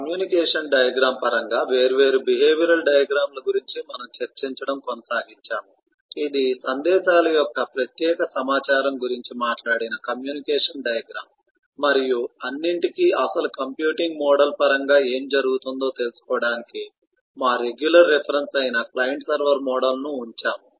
communication diagram పరంగా వేర్వేరు behavioural diagram ల గురించి మనము చర్చించడం కొనసాగించాము ఇది సందేశాల యొక్క ప్రత్యేక సమాచారం గురించి మాట్లాడిన కమ్యూనికేషన్ డయాగ్రమ్ మరియు అన్నింటికీ అసలు కంప్యూటింగ్ మోడల్ పరంగా ఏమి జరుగుతుందో తెలుసుకోవడానికి మా రెగ్యులర్ రిఫరెన్స్ అయిన క్లయింట్ సర్వర్ మోడల్ ను ఉంచాము